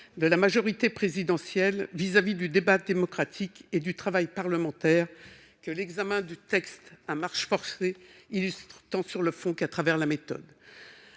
de la majorité présidentielle pour le débat démocratique et le travail parlementaire, mépris que l'examen de ce texte à marche forcée illustre tant sur le fond qu'à travers la méthode.